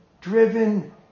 driven